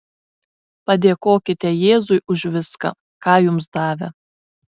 padėkokite jėzui už viską ką jums davė